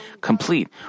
complete